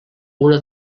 una